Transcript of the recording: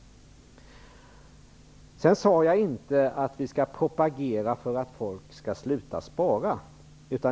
Jag sade inte att vi skall propagera för att folk skall sluta spara.